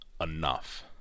enough